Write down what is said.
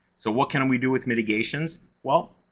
so, what can we do with mitigations? well,